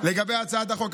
לגבי הצעת החוק,